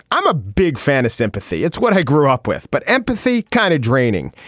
i'm a big fan of sympathy. it's what i grew up with. but empathy kind of draining.